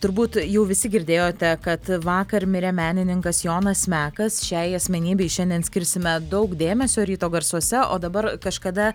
turbūt jau visi girdėjote kad vakar mirė menininkas jonas mekas šiai asmenybei šiandien skirsime daug dėmesio ryto garsuose o dabar kažkada